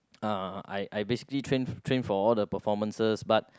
uh I I basically train train for all the performances but